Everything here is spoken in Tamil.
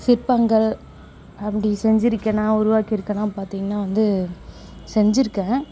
சிற்பங்கள் அப்படி செஞ்சிருக்கேனா உருவாக்கியிருக்கேனா பார்த்தீங்கனா வந்து செஞ்சிருக்கேன்